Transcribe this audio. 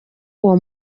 uwo